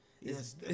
Yes